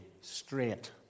straight